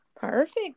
Perfect